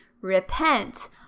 repent